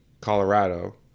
Colorado